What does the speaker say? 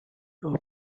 your